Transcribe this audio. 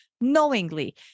knowingly